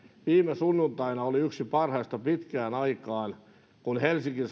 viime sunnuntaina oli yksi parhaista pitkään aikaan kun helsingin